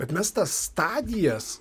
bet mes tas stadijas